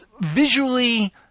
visually